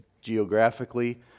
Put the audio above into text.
geographically